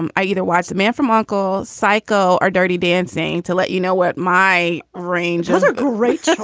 um ah either watch the man from uncle psycho or dirty dancing to let you know what, my range isn't great